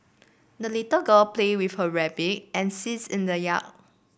the little girl played with her rabbit and geese in the yard